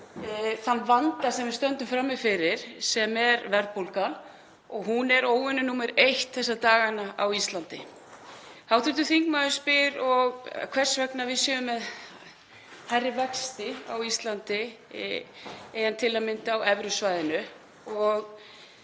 þann vanda sem við stöndum frammi fyrir sem er verðbólgan. Hún er óvinur númer eitt þessa dagana á Íslandi. Hv. þingmaður spyr hvers vegna við séum með hærri vexti á Íslandi en til að mynda á evrusvæðinu.